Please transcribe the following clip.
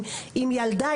עם ילדה,